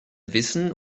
wissen